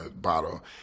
bottle